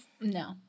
No